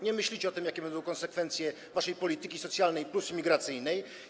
Nie myślicie o tym, jakie będą konsekwencje waszej polityki socjalnej plus imigracyjnej.